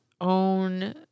own